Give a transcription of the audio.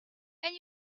and